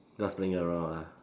just playing around lah